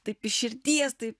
taip iš širdies tai